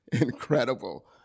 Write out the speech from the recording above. incredible